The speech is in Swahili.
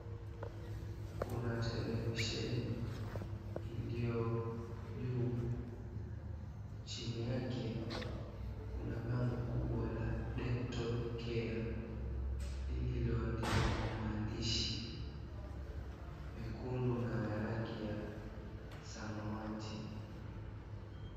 Kuna televisheni iliyo juu. Chini yake kuna bango kubwa la dental care lililoandikwa kwa maandishi mekundu na ya rangi ya samawati.